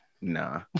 Nah